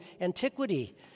antiquity